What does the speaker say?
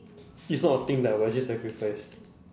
it's not a thing that I would actually sacrifice